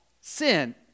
sin